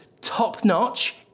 top-notch